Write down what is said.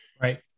Right